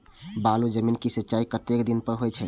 बालू जमीन क सीचाई कतेक दिन पर हो छे?